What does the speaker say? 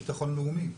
ביטחון לאומי,